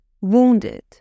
wounded